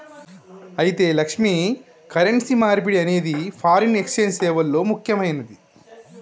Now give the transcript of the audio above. అయితే లక్ష్మి, కరెన్సీ మార్పిడి అనేది ఫారిన్ ఎక్సెంజ్ సేవల్లో ముక్యమైనది